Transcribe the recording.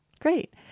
Great